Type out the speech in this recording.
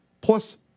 Plus